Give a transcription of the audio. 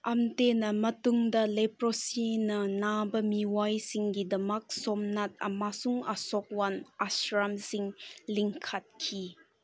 ꯑꯝꯇꯦꯅꯝ ꯃꯇꯨꯡꯗ ꯂꯦꯄ꯭ꯔꯣꯁꯤꯅ ꯅꯥꯕ ꯃꯤꯑꯣꯏꯁꯤꯡꯒꯤꯗꯃꯛ ꯁꯣꯝꯅꯥꯠ ꯑꯃꯁꯨꯡ ꯑꯁꯣꯛꯋꯥꯟ ꯑꯥꯁ꯭ꯔꯝꯁꯤꯡ ꯂꯤꯡꯈꯠꯈꯤ